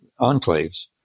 enclaves